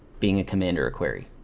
being a command or a query.